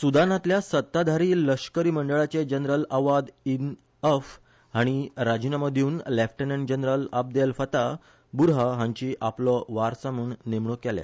सुदानातल्या सत्ताधारी लष्करी मंडळाचे जनरल आवाद इब्न अफ हांणी राजिनामो दिवन lieutenant general Abdel Fattah Burhan हांची आपलो वारस म्हण नेमणूक केल्या